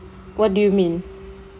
what do you mean